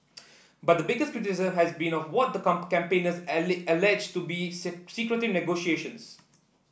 but the biggest criticism has been of what the come campaigners ally allege to be see secretive negotiations